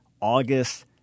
August